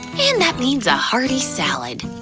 and that means a hearty salad.